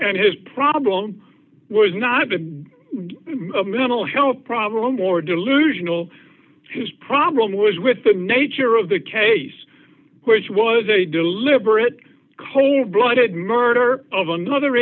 and his problem was not the mental health problem or delusional his problem was with the nature of the case which was a deliberate cold blooded murder of another